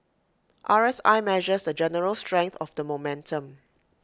R S I measures the general strength of the momentum